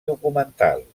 documental